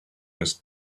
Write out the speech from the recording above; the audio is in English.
his